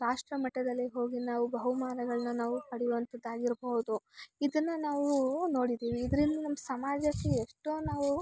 ರಾಷ್ಟ್ರ ಮಟ್ಟದಲ್ಲಿ ಹೋಗಿ ನಾವು ಬಹುಮಾನಗಳನ್ನ ನಾವು ಪಡೆಯುವಂಥದ್ದು ಆಗಿರಬಹುದು ಇದನ್ನು ನಾವು ನೋಡಿದ್ದೀವಿ ಇದರಿಂದ ನಮ್ಮ ಸಮಾಜಕ್ಕೆ ಎಷ್ಟೋ ನಾವು